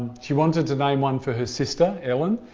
she wanted to name one for her sister, ellen.